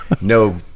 no